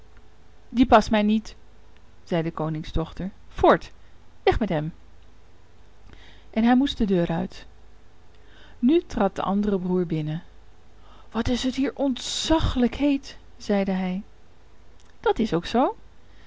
die past mij niet zei de koningsdochter voort weg met hem en hij moest de deur uit nu trad de andere broer binnen wat is het hier ontzaglijk heet zeide hij dat is ook zoo